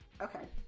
Okay